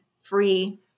free